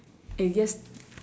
I guess